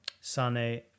Sane